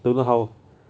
I don't know how